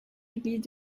églises